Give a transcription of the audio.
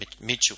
Mitchell